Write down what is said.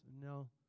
no